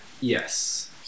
Yes